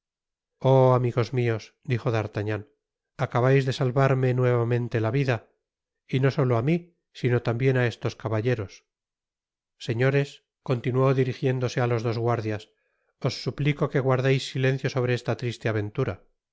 oh amigos mios dijo d'artagnan acabais de salvarme nuevamente la vida y no solo á m sino tambien á estos caballeros señores continuó dirigiéndose á los dos guardias os suplico que guardeis silencio sobre esta triste aventura